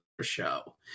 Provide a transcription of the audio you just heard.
show